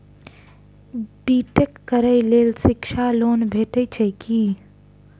B tech करै लेल शिक्षा लोन भेटय छै की?